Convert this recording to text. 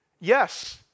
Yes